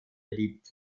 beliebt